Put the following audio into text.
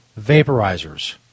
Vaporizers